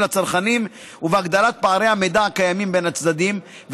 לצרכנים ובהגדלת פערי המידע הקיימים בין הצדדים,